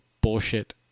bullshit